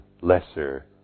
lesser